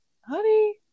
honey